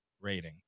rating